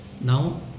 Now